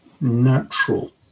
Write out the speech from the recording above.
natural